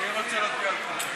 ומסרתי את ההזמנה לחברת הכנסת